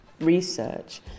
research